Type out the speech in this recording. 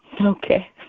Okay